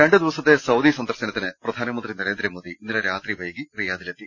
രണ്ടു ദിവസത്തെ സൌദി സന്ദർശനത്തിന് പ്രധാനമന്ത്രി നരേന്ദ്രമോദി ഇന്നലെ രാത്രി വൈകി റിയാദിലെത്തി